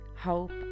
hope